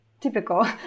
typical